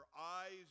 eyes